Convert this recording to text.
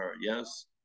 Yes